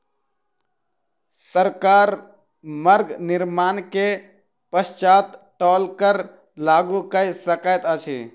सरकार मार्ग निर्माण के पश्चात टोल कर लागू कय सकैत अछि